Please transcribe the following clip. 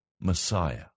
Messiah